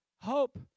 Hope